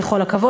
בכל הכבוד,